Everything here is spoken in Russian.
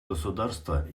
государства